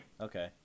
Okay